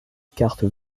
cartes